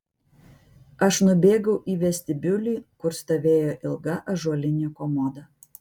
aš nubėgau į vestibiulį kur stovėjo ilga ąžuolinė komoda